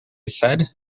said